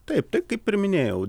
taip tai kaip ir minėjau